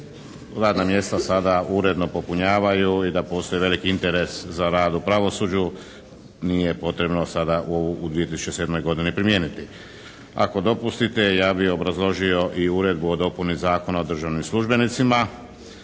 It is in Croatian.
radna mjesta sada uredno popunjavaju i da postoji veliki interes za rad u pravosuđu nije potrebno sada ovo u 2007. godini primijeniti. Ako dopustite, ja bi obrazložio i Uredbu o dopuni Zakona o državnim službenicima.